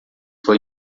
foi